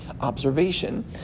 observation